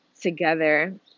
together